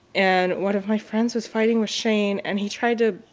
and one of my friends was fighting with shane and he tried to,